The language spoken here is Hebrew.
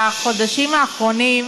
בחודשים האחרונים